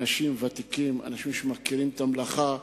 אנשים ותיקים, אנשים שמכירים את המלאכה,